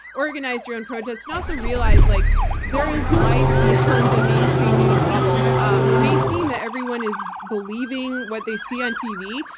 organize your own protests, and also realize like there is life beyond the mainstream news bubble. um it may seem that everyone is believing what they see on tv,